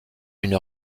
une